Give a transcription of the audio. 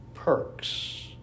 Perks